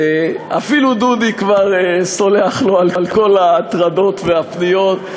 אפילו דודי כבר סולח לו על כל ההטרדות והפניות.